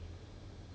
oh